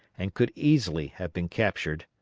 and could easily have been captured.